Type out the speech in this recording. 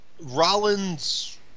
Rollins